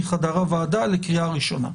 מחדר הוועדה לקריאה ראשונה.